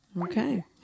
Okay